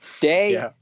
Day